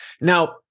Now